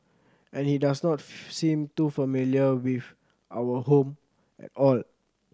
and he does not seem too familiar with our home at all